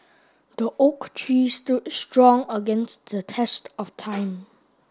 the oak tree stood strong against the test of time